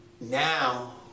Now